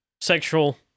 sexual